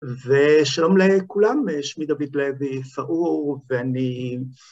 ושלום לכולם, שמי דוד לוי, פעור, ואני...